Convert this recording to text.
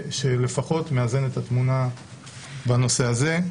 שלפחות מאזן את התמונה בנושא הזה.